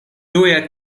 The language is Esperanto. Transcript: tuj